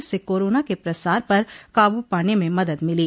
इससे कोरोना के प्रसार पर काबू पाने में मदद मिली